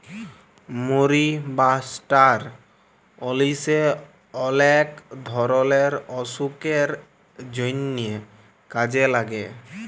মরি বা ষ্টার অলিশে অলেক ধরলের অসুখের জন্হে কাজে লাগে